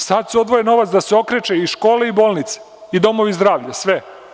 Sada se odvaja novac da se okreče i škole, i bolnice, i domovi zdravlja sve.